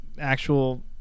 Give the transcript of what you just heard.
actual